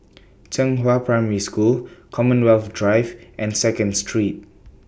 Zhenghua Primary School Commonwealth Drive and Second Street